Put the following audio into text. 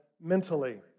mentally